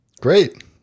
Great